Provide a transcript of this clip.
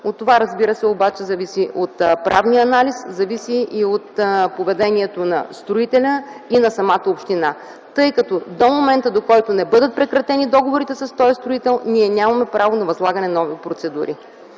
Това, разбира се, зависи от правния анализ, зависи и от поведението на строителя и на самата община, тъй като до момента, до който не бъдат прекратени договорите с тоя строител, ние нямаме право на възлагане на нови процедури.